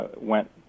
went